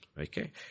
Okay